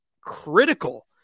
critical